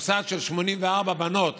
שבמוסד של 84 בנות